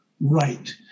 right